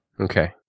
Okay